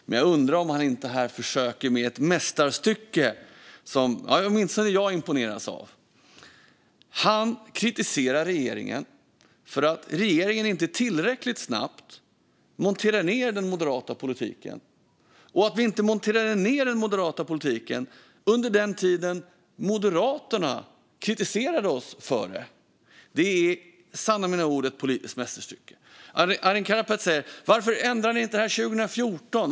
Men jag undrar om han här inte försöker sig på ett mästerstycke som åtminstone jag imponeras av: Han kritiserar regeringen för att vi inte tillräckligt snabbt monterar ned den moderata politiken - och för att vi inte monterade ned den moderata politiken under den tid då Moderaterna kritiserade oss för det. Det är sanna mina ord ett politiskt mästerstycke. Arin Karapet frågar: Varför ändrade ni inte det här 2014?